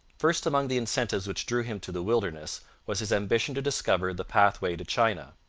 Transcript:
first among the incentives which drew him to the wilderness was his ambition to discover the pathway to china.